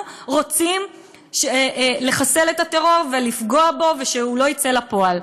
רוצים לחסל את הטרור ולפגוע בו ושהוא לא ייצא לפועל.